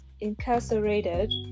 incarcerated